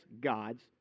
God's